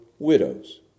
widows